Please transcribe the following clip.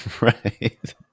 right